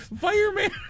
Fireman